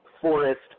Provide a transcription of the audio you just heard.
forest